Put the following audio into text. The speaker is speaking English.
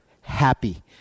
happy